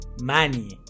Money